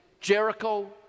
Jericho